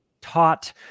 taught